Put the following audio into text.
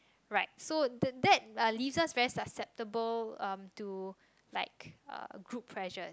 right so the that uh leaves us very susceptible um to like uh group pressures